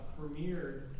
premiered